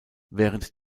während